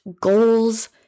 goals